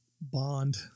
Bond